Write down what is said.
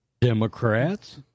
Democrats